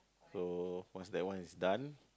so once thats one is done